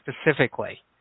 specifically